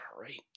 Right